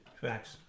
Facts